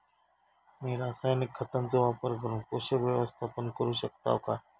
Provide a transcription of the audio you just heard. मी रासायनिक खतांचो वापर करून पोषक व्यवस्थापन करू शकताव काय?